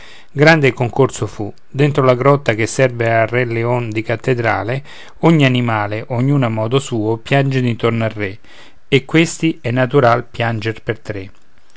il concorso fu dentro la grotta che serve al re leon di cattedrale ogni animale ognun a modo suo piange d'intorno al re e questi è natural piange per tre